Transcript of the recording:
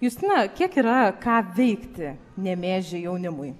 justina kiek yra ką veikti nemėžy jaunimui